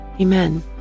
amen